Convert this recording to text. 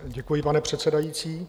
Děkuji, pane předsedající.